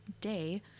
day